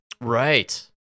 Right